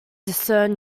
discern